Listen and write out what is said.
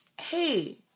hey